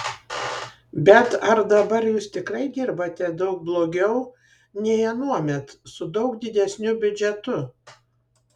bet ar dabar jūs tikrai dirbate daug blogiau nei anuomet su daug didesniu biudžetu